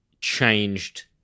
changed